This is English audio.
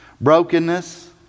Brokenness